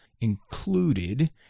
included